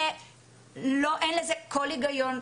אין לזה כל היגיון,